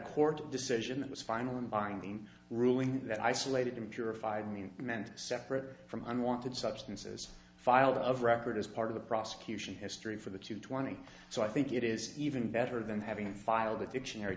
court decision that was final and binding ruling that isolated in purified mean meant separate from unwanted substances filed of record as part of the prosecution history for the two twenty so i think it is even better than having filed